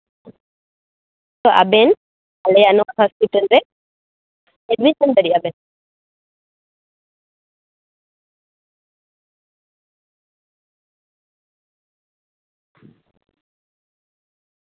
ᱟᱵᱮᱱ ᱟᱞᱮᱭᱟᱜ ᱱᱚᱣᱟ ᱦᱚᱥᱯᱤᱴᱟᱞ ᱨᱮ ᱮᱰᱢᱤᱥᱚᱱ ᱫᱟᱲᱮᱭᱟᱜᱼᱟ ᱵᱮᱱ